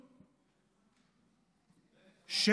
בנט,